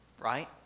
Right